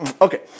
Okay